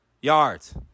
yards